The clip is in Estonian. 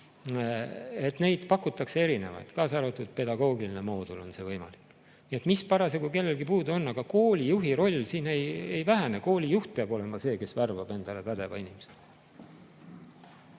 Neid pakutakse erinevaid, ka pedagoogiline moodul on võimalik. Nii et mis parasjagu kellelgi puudu on. Aga koolijuhi roll siin ei vähene, koolijuht peab olema see, kes värbab endale pädeva inimese.